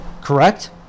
correct